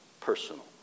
personal